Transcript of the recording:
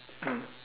mm